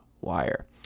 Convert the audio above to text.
Wire